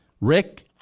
Rick